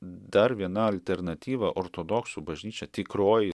dar viena alternatyva ortodoksų bažnyčia tikroji